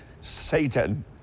Satan